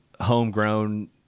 homegrown